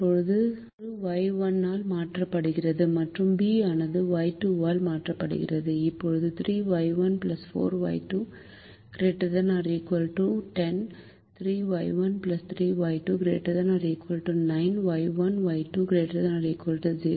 இப்போது ஒரு Y1 ஆல் மாற்றப்படுகிறது மற்றும் b ஆனது Y2 ஆல் மாற்றப்படுகிறது இப்போது 3Y1 4Y2 ≥ 10 3Y1 3Y2 ≥ 9 Y1 Y2 ≥ 0